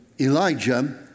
Elijah